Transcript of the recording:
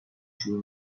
شروع